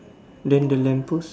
then the lamp post